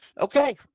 Okay